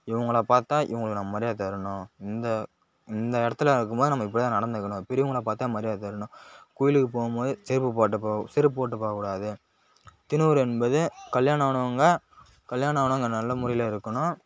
இவங்களை பார்த்தா இவர்களுக்கு நம்ம மரியாதை தரணும் இந்த இந்த இடத்தில் இருக்கும் போது நம்ம இப்படி தான் நடந்துக்கணும் பெரியவங்களை பார்த்தா மரியாதை தரணும் கோயிலுக்கு போகும் போது செருப்பு போட்டுவிட்டு போக செருப்பு போட்டுவிட்டு போகக்கூடாது தின்னுார் என்பது கல்யாணம் ஆனவங்க கல்யாணம் ஆனவங்க நல்ல முறையில் இருக்கணும்